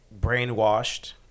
brainwashed